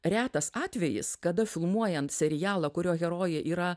retas atvejis kada filmuojant serialą kurio herojė yra